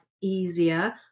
easier